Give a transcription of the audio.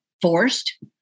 forced